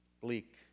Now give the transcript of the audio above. bleak